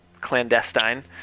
clandestine